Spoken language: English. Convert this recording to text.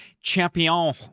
champion